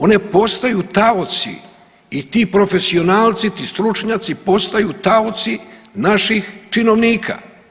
One postaju taoci i ti profesionalci i ti stručnjaci postaju taoci naših činovnika.